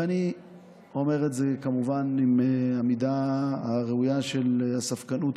ואני אומר את זה כמובן במידה הראויה של הספקנות,